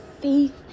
faith